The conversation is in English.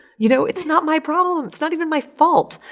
you know? it's not my problem. and it's not even my fault.